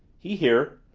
he here,